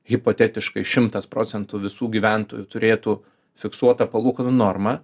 hipotetiškai šimtas procentų visų gyventojų turėtų fiksuotą palūkanų normą